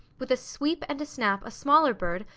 with a sweep and a snap a smaller bird,